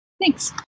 Thanks